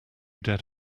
dead